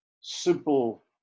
simple